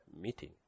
meeting